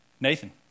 Nathan